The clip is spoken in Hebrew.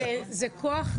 זה כוח,